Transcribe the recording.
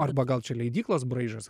arba gal čia leidyklos braižas